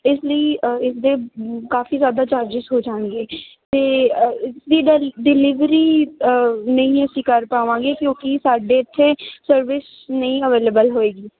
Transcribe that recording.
ਇਸ ਲਈ ਇਸਦੇ ਕਾਫੀ ਜਿਆਦਾ ਚਾਰਜਿਜ ਹੋ ਜਾਣਗੇ ਅਤੇ ਇਸ ਦੀ ਡਿਲੀਵਰੀ ਨਹੀਂ ਅਸੀਂ ਕਰ ਪਾਵਾਂਗੇ ਕਿਉਂਕਿ ਸਾਡੇ ਇੱਥੇ ਸਰਵਿਸ ਨਹੀਂ ਅਵੇਲੇਬਲ ਹੋਏਗੀ